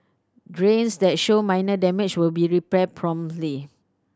drains that show minor damage will be repaired promptly